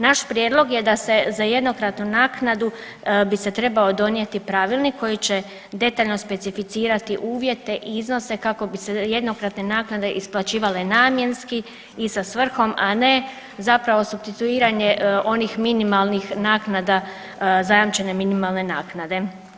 Naš prijedlog je da se za jednokratnu naknadu bi se trebao donijeti pravilnik koji će detaljno specificirati uvjete i iznose kako bi se jednokratne naknadne isplaćivale namjenski i sa svrhom, a ne zapravo supstituiranje onih minimalnih naknada zajamčene minimalne naknade.